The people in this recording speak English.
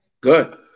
Good